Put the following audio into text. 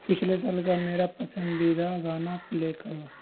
پچھلے سال کا میرا پسندیدہ گانا پلے کرو